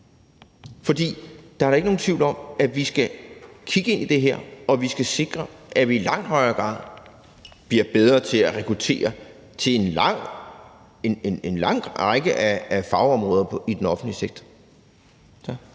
For der er da ikke nogen tvivl om, at vi skal kigge ind i det her, og at vi skal sikre, at vi i langt højere grad bliver bedre til at rekruttere til en lang række fagområder i den offentlige sektor.